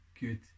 good